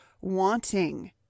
wanting